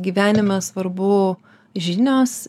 gyvenime svarbu žinios